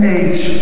age